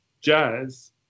jazz